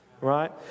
right